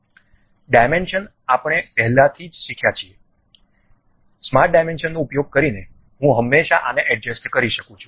dimension આપણે પહેલાથી જ શીખ્યા છે સ્માર્ટ ડાયમેન્શનનો ઉપયોગ કરીને હું હંમેશાં આને એડજસ્ટ કરી શકું છું